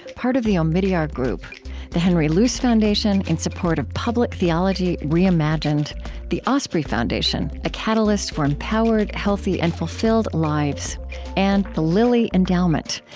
part of the omidyar group the henry luce foundation, in support of public theology reimagined the osprey foundation a catalyst for empowered, healthy, and fulfilled lives and the lilly endowment,